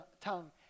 tongue